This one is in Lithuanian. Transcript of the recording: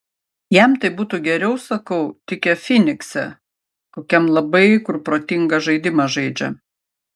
jam tai būtų geriau sakau tikę fynikse kokiam labai kur protinga žaidimą žaidžia